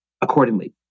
accordingly